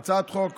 זו הצעת חוק